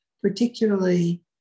particularly